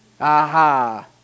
Aha